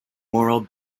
moral